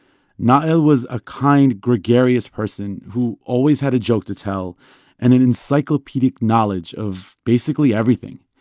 nail was a kind, gregarious person who always had a joke to tell and an encyclopedic knowledge of basically everything.